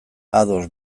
ados